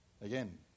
Again